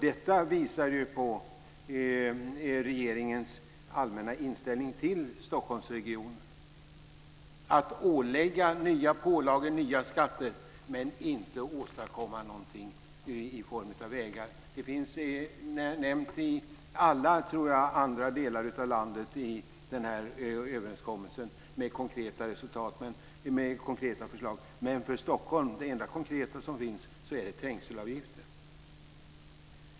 Detta visar på regeringens allmänna inställning till Stockholmsregionen, att ålägga nya pålagor och nya skatter men inte åstadkomma någonting i form av vägar. Jag tror att det för alla andra delar av landet finns konkreta förslag i den här överenskommelsen. Men det enda konkreta som finns för Stockholm är trängselavgifter.